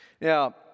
Now